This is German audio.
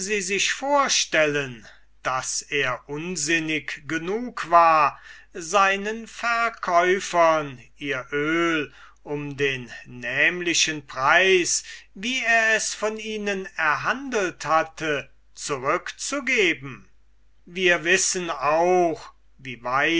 sie sich vorstellen daß er unsinnig genug war seinen verkäufern ihr öl um den nämlichen preis wie er es von ihnen erhandelt hatte zurückzugeben wir wissen auch wie